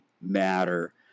matter